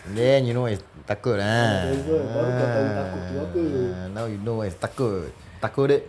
then you know what is takod ah now you know what is takod takoded